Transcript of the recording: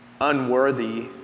unworthy